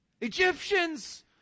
Egyptians